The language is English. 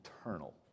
eternal